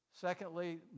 Secondly